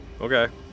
Okay